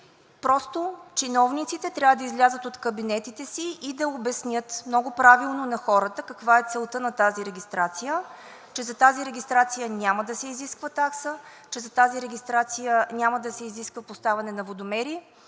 Просто чиновниците трябва да излязат от кабинетите си и да обяснят много правилно на хората каква е целта на тази регистрация, че за тази регистрация няма да се изисква такса, че за тази регистрация няма да се изисква поставяне на водомери,